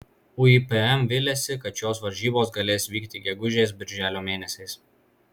uipm viliasi kad šios varžybos galės vykti gegužės birželio mėnesiais